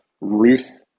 Ruth